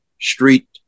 street